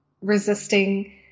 resisting